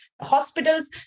hospitals